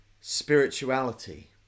spirituality